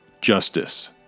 justice